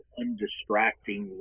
undistracting